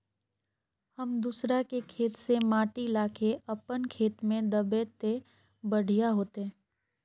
हम दूसरा के खेत से माटी ला के अपन खेत में दबे ते बढ़िया होते?